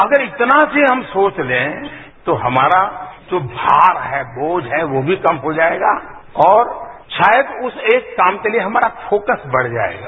अगर इतना से हम सोचे लें तो हमारा जो भार है बोझ है वो भी कम हो जाएगा और शायद उस एक काम के लिए हमारा फोकस बढ जाएगा